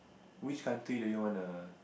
which country do you want to